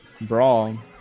brawl